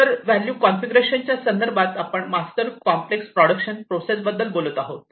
तर value configuration च्या संदर्भात आपण मास्टर कॉम्प्लेक्स प्रोडक्शन प्रोसेस बद्दल बोलत आहोत